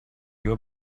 your